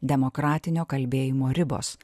demokratinio kalbėjimo ribos